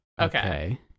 Okay